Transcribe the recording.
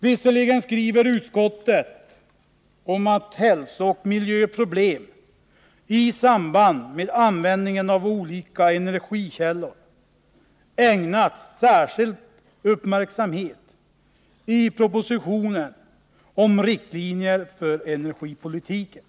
Utskottet skriver att hälsooch miljöproblem i samband med användningen av olika energikällor ägnats särskild uppmärksamhet i propositionen om riktlinjer för energipolitiken.